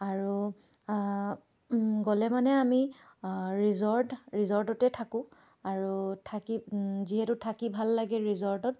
আৰু গ'লে মানে আমি ৰিজৰ্ট ৰিজৰ্টতে থাকোঁ আৰু থাকি যিহেতু থাকি ভাল লাগে ৰিজৰ্টত